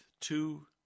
two